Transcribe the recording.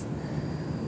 -EMP